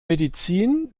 medizin